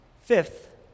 Fifth